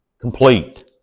complete